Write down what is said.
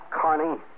Carney